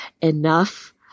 enough